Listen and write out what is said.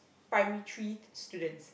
primary tree students